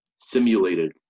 simulated